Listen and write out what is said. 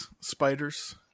spiders